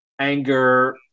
anger